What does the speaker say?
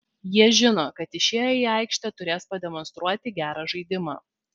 jie žino kad išėję į aikštę turės pademonstruoti gerą žaidimą